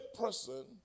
person